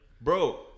Bro